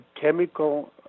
chemical